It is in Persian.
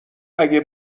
اگه